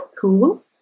cool